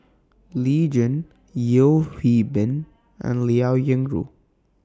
Lee Tjin Yeo Hwee Bin and Liao Yingru